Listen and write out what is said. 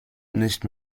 nicht